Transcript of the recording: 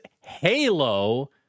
Halo